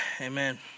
amen